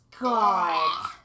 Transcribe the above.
God